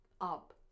Up